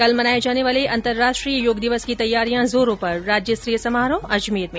कल मनाये जाने वाले अंतराष्ट्रीय योग दिवस की तैयारियां जोरो पर राज्यस्तरीय समारोह अजमेर में